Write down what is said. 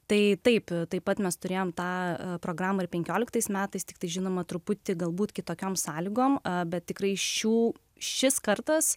tai taip taip pat mes turėjome tą programą ir penkioliktais metais tiktai žinoma truputį galbūt kitokiom sąlygom bet tikrai šių šis kartas